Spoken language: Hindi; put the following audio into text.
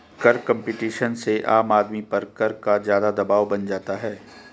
कर में कम्पटीशन से आम आदमी पर कर का ज़्यादा दवाब बन जाता है